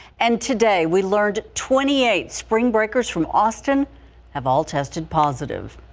and today we learned twenty eight spring breakers from austin have all tested positive.